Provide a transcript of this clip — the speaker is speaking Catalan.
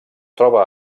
troba